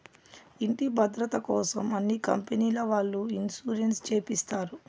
ఇంటి భద్రతకోసం అన్ని కంపెనీల వాళ్ళు ఇన్సూరెన్స్ చేపిస్తారు